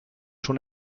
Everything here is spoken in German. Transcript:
schon